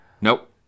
Nope